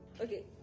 okay